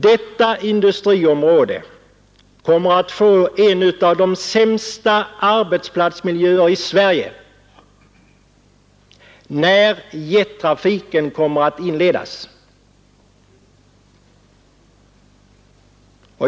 Detta industriområde kommer att få en av de sämsta arbetsplatsmiljöerna i Sverige när jettrafiken kommer att inledas.